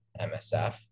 MSF